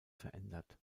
verändert